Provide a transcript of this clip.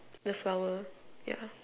the flower yeah